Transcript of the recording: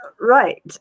Right